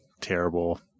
terrible